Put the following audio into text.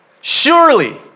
Surely